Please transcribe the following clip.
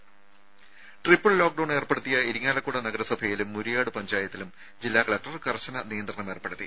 രുമ triple lockdown ഏർപ്പെടുത്തിയ ഇരിങ്ങാലക്കുട നഗരസഭയിലും മുരിയാട് പഞ്ചായത്തിലും ജില്ലാ കലക്ടർ കർശന നിയന്ത്രണം ഏർപ്പെടുത്തി